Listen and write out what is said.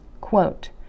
quote